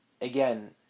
Again